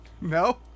no